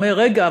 אומר: רגע,